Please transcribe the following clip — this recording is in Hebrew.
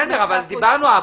בסדר, אבל דיברנו.